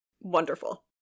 Wonderful